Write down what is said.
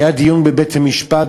היה דיון בבית-המשפט.